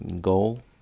goal